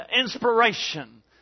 inspiration